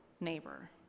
neighbor